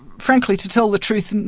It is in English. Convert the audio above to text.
frankly, to tell the truth,